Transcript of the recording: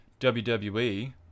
WWE